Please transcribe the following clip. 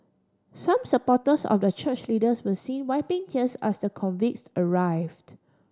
some supporters of the church leaders were seen wiping tears as the convicts arrived